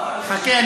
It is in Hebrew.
חכה,